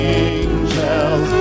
angels